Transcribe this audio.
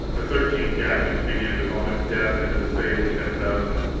the thirteen gatlings began to vomit death into the fated ten thousand.